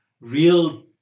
real